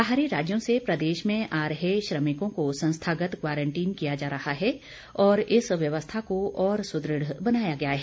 बाहरी राज्यों से प्रदेश में आ रहे श्रमिकों को संस्थागत क्वारंटीन किया जा रहा है और इस व्यवस्था को और सुदृढ़ बनाया गया है